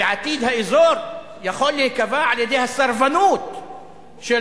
ועתיד האזור יכול להיקבע על-ידי הסרבנות של